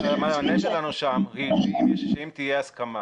המענה שלנו שם הוא שאם תהיה הסכמה